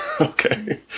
okay